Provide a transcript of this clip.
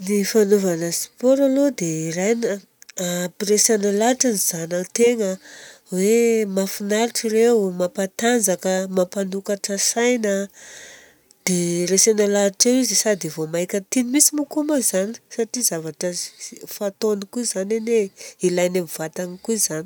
Ny fanaovana sport aloha dia ilaina a, ampiresena lahatra ny zana-tegna hoe mafinaritra ireo, mampatanjaka, mampanokatra saigna. Dia resena lahatra eo izy sady vao mainka tiany mintsy moko moa zany satria zavatra fataony koa izany anie. Ilainy amin'ny vatagny koa izany.